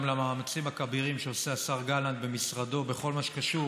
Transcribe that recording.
למאמצים הכבירים שעושה השר גלנט במשרדו בכל מה שקשור